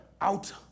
out